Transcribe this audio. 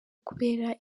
kubera